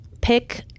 pick